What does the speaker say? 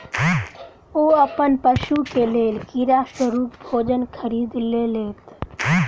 ओ अपन पशु के लेल कीड़ा स्वरूप भोजन खरीद लेलैत